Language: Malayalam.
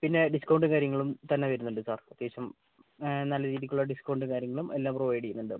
പിന്നെ ഡിസ്കൗണ്ടും കാര്യങ്ങളും തന്നെ വരുന്നണ്ട് സാർ അത്യാവശ്യം നല്ല രീതിക്കുള്ള ഡിസ്കൗണ്ടും കാര്യങ്ങളും എല്ലാം പ്രൊവൈഡ് ചെയ്യുന്നുണ്ട് നമ്മൾ